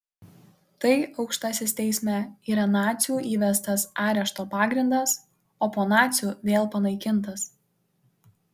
tai aukštasis teisme yra nacių įvestas arešto pagrindas o po nacių vėl panaikintas